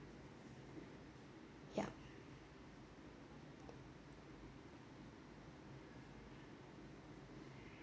yup